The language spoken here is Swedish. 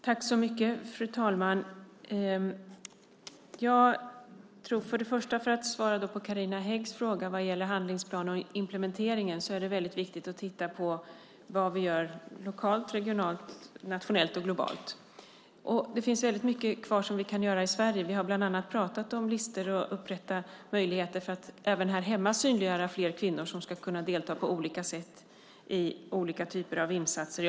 Fru talman! Jag ska först svara på Carina Häggs fråga om handlingsplanen och implementeringen. Det är viktigt att titta på vad vi gör lokalt, regionalt, nationellt och globalt. Det finns mycket kvar som vi kan göra i Sverige. Vi har bland annat pratat om listor och att upprätta möjligheter för att även här hemma synliggöra fler kvinnor som ska kunna delta på olika sätt i olika typer av insatser.